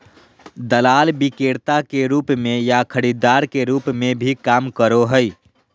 दलाल विक्रेता के रूप में या खरीदार के रूप में भी काम करो हइ